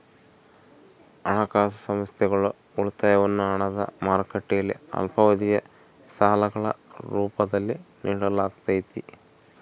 ಹಣಕಾಸು ಸಂಸ್ಥೆಗಳು ಉಳಿತಾಯವನ್ನು ಹಣದ ಮಾರುಕಟ್ಟೆಯಲ್ಲಿ ಅಲ್ಪಾವಧಿಯ ಸಾಲಗಳ ರೂಪದಲ್ಲಿ ನಿಡಲಾಗತೈತಿ